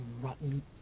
rotten